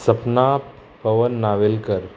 Sapna Pawan Navelkar